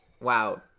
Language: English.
wow